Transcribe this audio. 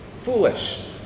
Foolish